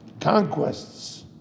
conquests